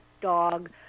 dog